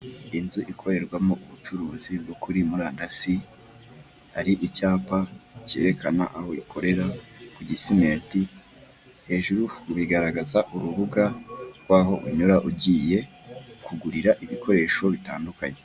Inzu ikorerwamo ubucuruzi bwo kuri murandasi, hari icyapa cyerekana aho ikorera ku Gisimeti, hejuru bigaragaza urubuga rw'aho unyura ugiye kugurira ibikoresho bitandukanye.